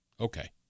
Okay